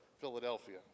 Philadelphia